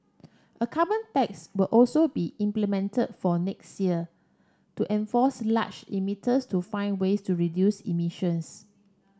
a carbon tax will also be implemented for next year to force large emitters to find ways to reduce emissions